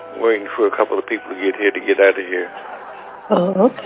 waiting for a couple of people to get here to get out of here oh, ok